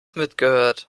mitgehört